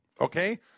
Okay